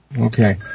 Okay